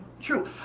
True